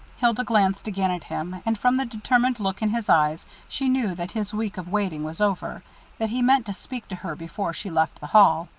hilda glanced again at him, and from the determined look in his eyes, she knew that his week of waiting was over that he meant to speak to her before she left the hall.